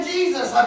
Jesus